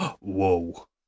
Whoa